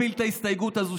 הפיל את ההסתייגות הזו,